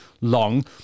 long